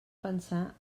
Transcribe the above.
pensar